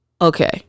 okay